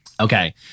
Okay